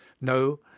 no